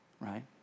right